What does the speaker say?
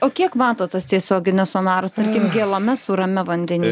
o kiek mato tas tiesioginis sonaras tarkim gėlame sūrame vandenyje